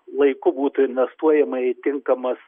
laiku būtų investuojama į tinkamas